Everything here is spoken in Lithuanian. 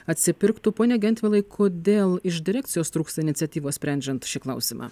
atsipirktų pone gentvilai kodėl iš direkcijos trūksta iniciatyvos sprendžiant šį klausimą